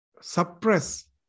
suppress